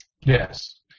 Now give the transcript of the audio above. Yes